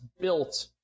built